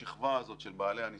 השכבה הזאת של בעלי הניסיון,